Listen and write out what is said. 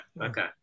okay